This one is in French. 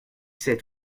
sept